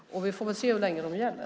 Vi får väl se hur länge de gäller.